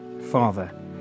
Father